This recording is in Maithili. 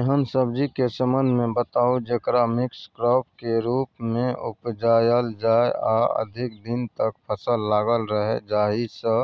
एहन सब्जी के संबंध मे बताऊ जेकरा मिक्स क्रॉप के रूप मे उपजायल जाय आ अधिक दिन तक फसल लागल रहे जाहि स